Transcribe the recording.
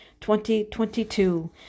2022